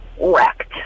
wrecked